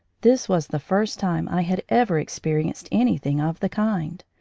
this was the first time i had ever experienced anything of the kind,